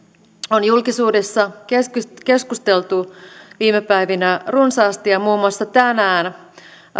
on julkisuudessa keskustelu viime päivinä runsaasti ja muun muassa tänään